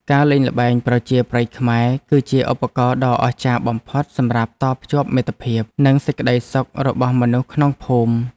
ការលេងល្បែងប្រជាប្រិយខ្មែរ គឺជាឧបករណ៍ដ៏អស្ចារ្យបំផុតសម្រាប់តភ្ជាប់មិត្តភាព និងសេចក្ដីសុខរបស់មនុស្សក្នុងភូមិ។